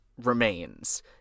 remains